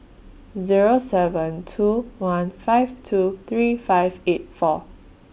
Zero seven two one five two three five eight four